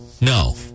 No